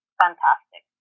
fantastic